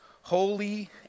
holy